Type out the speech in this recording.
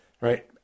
Right